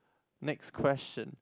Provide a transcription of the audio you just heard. next question